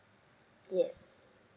yes